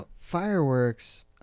Fireworks